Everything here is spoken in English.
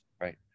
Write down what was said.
Right